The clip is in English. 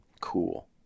cool